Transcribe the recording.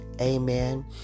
Amen